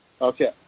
Okay